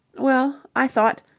well, i thought.